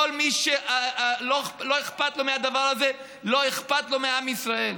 כל מי שלא אכפת לו מהדבר הזה לא אכפת לו מעם ישראל.